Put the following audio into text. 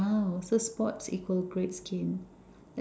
!wow! so sports equals great skin